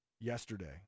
yesterday